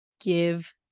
give